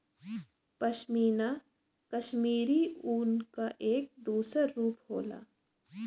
पशमीना कशमीरी ऊन क एक दूसर रूप होला